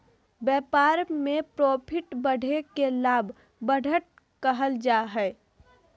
व्यापार में प्रॉफिट बढ़े के लाभ, बढ़त कहल जा हइ